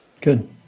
Good